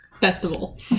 festival